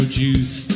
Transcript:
juice